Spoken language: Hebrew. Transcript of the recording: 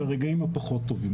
ברגעים הפחות טובים,